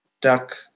duck